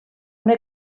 una